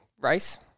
race